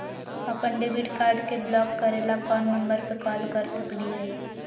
अपन debit card के block करे ला कौन नंबर पे कॉल कर सकली हई?